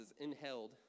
inhaled